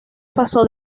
pasó